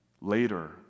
later